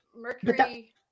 Mercury